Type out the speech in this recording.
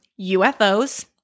UFOs